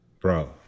Bro